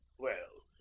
well,